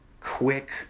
quick